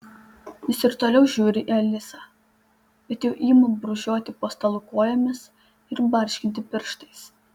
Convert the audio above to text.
jis ir toliau žiūri į alisą bet jau ima brūžuoti po stalu kojomis ir barškinti pirštais